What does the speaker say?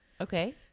Okay